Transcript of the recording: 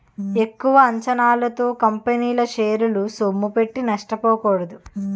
ఎక్కువ అంచనాలతో కంపెనీల షేరల్లో సొమ్ముపెట్టి నష్టపోకూడదు